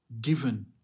given